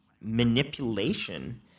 manipulation